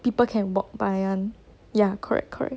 people can walk by [one] ya correct correct